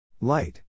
Light